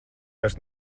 vairs